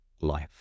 life